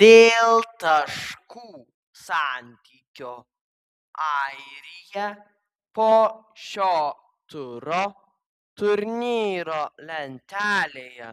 dėl taškų santykio airija po šio turo turnyro lentelėje